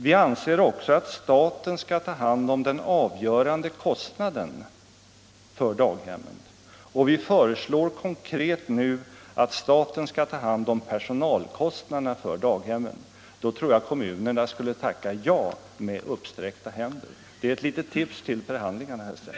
Vi anser också att staten skall ta hand om den avgörande kostnaden för daghemmen, och vi föreslår konkret nu att staten skall ta hand om personalkostnaderna för daghemmen. Då tror jag att kommunerna skulle tacka ja med uppsträckta händer. Det är ett litet tips till förhandlingarna, herr Sträng.